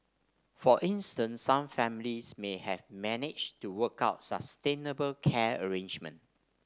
for instance some families may have managed to work out sustainable care arrangement